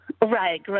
Right